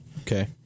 Okay